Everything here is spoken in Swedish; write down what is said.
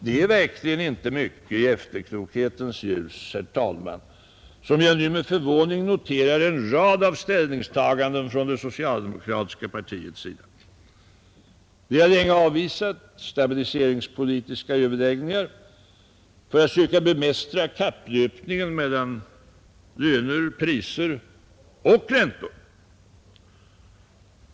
Det är verkligen inte särskilt mycket i efterklokhetens ljus, herr talman, som jag nu med förvåning noterar en rad ställningstaganden från det socialdemokratiska partiets sida. Det har länge avvisat tanken på stabiliseringspolitiska överläggningar för att försöka bemästra kapplöpningen mellan löner, priser och räntor.